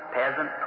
peasant